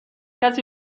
کسی